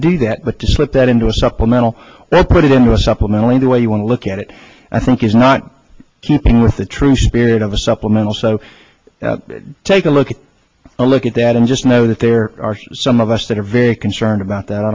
to do that but to slip that into a supplemental that put it into a supplemental in the way you want to look at it i think is not keeping with the true spirit of a supplemental so take a look at a look at that and just know that there are some of us that are very concerned about that i